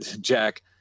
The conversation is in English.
Jack